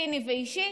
ציני ואישי,